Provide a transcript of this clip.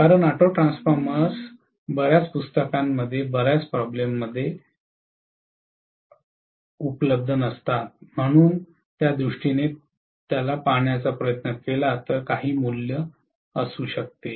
कारण auto transformers बर्याच पुस्तकांमध्ये बर्याच प्रॉब्लेम्स उपलब्ध नसतात म्हणून त्या दृष्टीने पाहण्याचा प्रयत्न केला तर काही मूल्य असू शकते